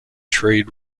trade